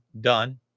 Done